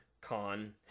Con